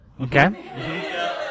Okay